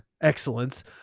excellence